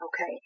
okay